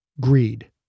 Greed